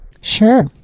Sure